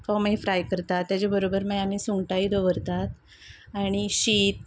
fry करतात ताज्या बरोबर मागीर आमी सुंगटाय दवरतात आनी शीत